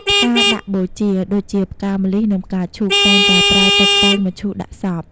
ផ្កាដាក់បូជា ដូចជា ផ្កាម្លិះ និងផ្កាឈូក តែងតែប្រើតុបតែងមឈូសដាក់សព។